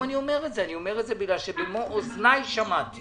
אני יכול ואני אומר את זה כיוון שבמו אוזניי שמעתי